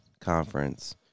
conference